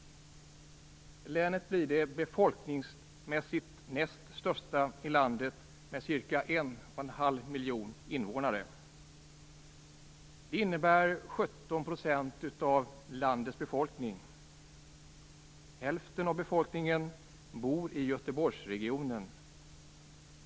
Länet blir det befolkningsmässigt näst största i landet med ca 1,5 miljon invånare. Det innebär 17 % Göteborgsregionen.